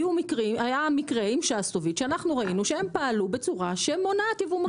היה מקרה עם שסטוביץ שאנחנו ראינו שהם פעלו בצורה שמונעת ייבוא מקביל.